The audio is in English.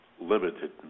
Limited